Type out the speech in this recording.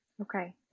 Okay